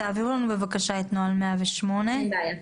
אין בעיה.